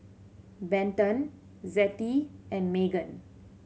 Benton Zettie and Meghan